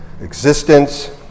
existence